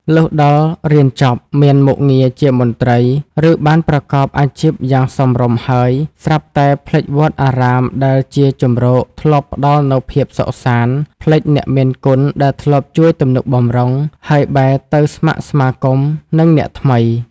លុះដល់រៀនចប់ មានមុខងារជាមន្ត្រី ឬបានប្រកបអាជីពយ៉ាងសមរម្យហើយ ស្រាប់តែភ្លេចវត្តអារាមដែលជាជម្រកធ្លាប់ផ្ដល់នូវភាពសុខសាន្ត ភ្លេចអ្នកមានគុណដែលធ្លាប់ជួយទំនុកបម្រុង ហើយបែរទៅស្ម័គ្រស្មាគមនឹងអ្នកថ្មី ។